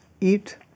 eat